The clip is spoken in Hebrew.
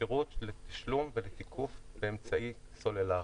שירות לתשלום ולתיקוף באמצעי סלולארי.